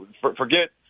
forget